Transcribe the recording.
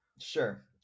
Sure